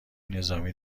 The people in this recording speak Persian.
نظامی